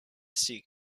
sikh